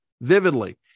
vividly